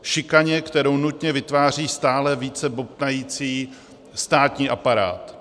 Šikaně, kterou nutně vytváří stále více bobtnající státní aparát.